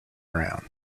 around